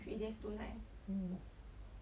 um